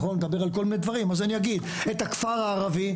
או גזענות כלפי ערבים,